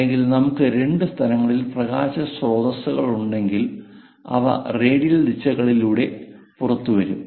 അല്ലെങ്കിൽ നമുക്ക് രണ്ട് സ്ഥലങ്ങളിൽ പ്രകാശ സ്രോതസ്സുകളുണ്ടെങ്കിൽ അവ റേഡിയൽ ദിശകളിലൂടെ പുറത്തുവരും